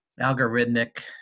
algorithmic